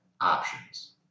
options